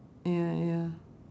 ya ya